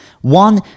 One